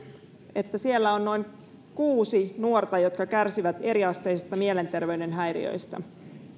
että siellä on noin kuusi nuorta jotka kärsivät eriasteisista mielenterveyden häiriöistä